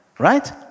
right